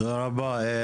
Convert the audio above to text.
תודה רבה.